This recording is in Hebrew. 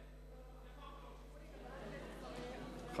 חוק טוב.